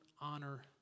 honor